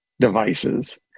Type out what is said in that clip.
devices